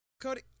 Cody